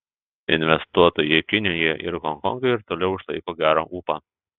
investuotojai kinijoje ir honkonge ir toliau išlaiko gerą ūpą